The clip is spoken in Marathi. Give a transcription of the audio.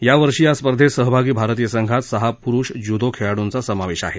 या वर्षी या स्पर्धेत सहभागी भारतीय संघात सहा पुरुष ज्यूदो खेळाडूंचा समावेश आहे